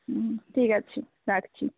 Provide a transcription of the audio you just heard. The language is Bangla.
হুম ঠিগ আছে রাখছি